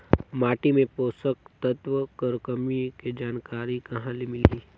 माटी मे पोषक तत्व कर कमी के जानकारी कहां ले मिलही?